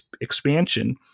expansion